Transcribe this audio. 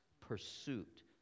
pursuit